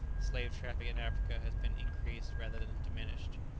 slave-traffic in africa has been increased rather than diminished.